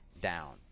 down